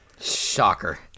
Shocker